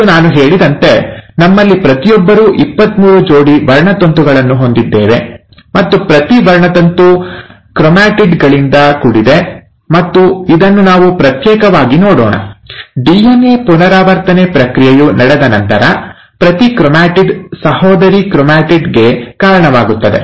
ಮತ್ತು ನಾನು ಹೇಳಿದಂತೆ ನಮ್ಮಲ್ಲಿ ಪ್ರತಿಯೊಬ್ಬರೂ ಇಪ್ಪತ್ಮೂರು ಜೋಡಿ ವರ್ಣತಂತುಗಳನ್ನು ಹೊಂದಿದ್ದೇವೆ ಮತ್ತು ಪ್ರತಿ ವರ್ಣತಂತು ಕ್ರೊಮ್ಯಾಟಿಡ್ ಗಳಿಂದ ಕೂಡಿದೆ ಮತ್ತು ಇದನ್ನು ನಾವು ಪ್ರತ್ಯೇಕವಾಗಿ ನೋಡೋಣ ಡಿಎನ್ಎ ಪುನರಾವರ್ತನೆ ಪ್ರಕ್ರಿಯೆಯು ನಡೆದ ನಂತರ ಪ್ರತಿ ಕ್ರೊಮ್ಯಾಟಿಡ್ ಸಹೋದರಿ ಕ್ರೊಮ್ಯಾಟಿಡ್ ಗೆ ಕಾರಣವಾಗುತ್ತದೆ